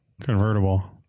convertible